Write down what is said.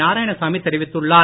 நாராயணசாமி தெரிவித்துள்ளார்